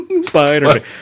Spider